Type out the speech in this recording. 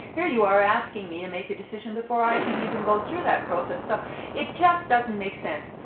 here you are asking me to make a decision before i can even go through that process, so it just doesn't make sense.